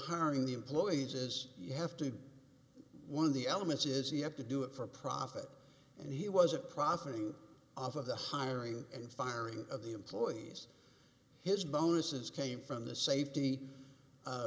hiring the employees as you have to one of the elements is you have to do it for profit and he wasn't profiting off of the hiring and firing of the employees his bonuses came from the safety